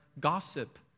gossip